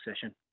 session